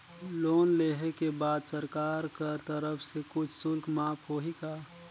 Loan लेहे के बाद सरकार कर तरफ से कुछ शुल्क माफ होही का?